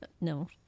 no